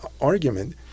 argument